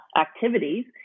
activities